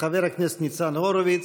חבר הכנסת ניצן הורוביץ,